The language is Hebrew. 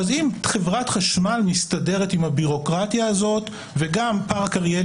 אז אם חברת חשמל מסתדרת עם הביורוקרטיה הזאת וגם "פארק אריאל